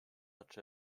such